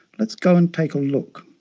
let's go and take a look.